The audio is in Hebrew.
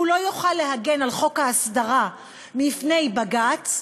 לא יוכל להגן על חוק ההסדרה לפני בג"ץ,